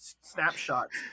snapshots